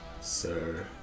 Sir